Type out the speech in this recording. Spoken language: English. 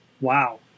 wow